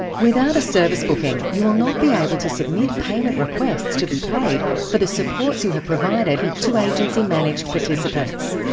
without a service booking, you will not be able to submit payment requests to be paid for the supports you have provided to agency-managed participants.